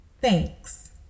Thanks